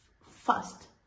first